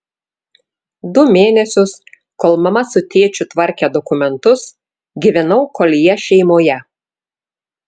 du mėnesius kol mama su tėčiu tvarkė dokumentus gyvenau koljė šeimoje